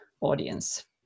audience